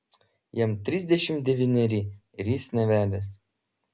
jam trisdešimt devyneri ir jis nevedęs